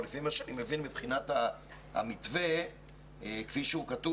אבל לפי מה שאני מבין מבחינת המתווה כפי שהוא כתוב